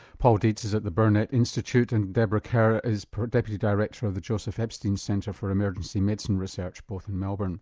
paul dietze is at the burnet institute and debra kerr ah is deputy director of the joseph epstein centre for emergency medicine research, both in melbourne.